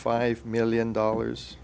five million dollars